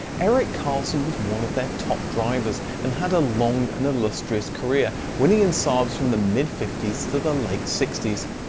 erik carlsson was one of their top drivers and had a long and illustrious career, winning in saabs from the mid fifty s to the late sixty s.